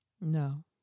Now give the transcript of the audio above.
No